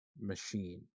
machine